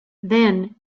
then